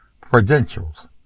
credentials